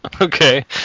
Okay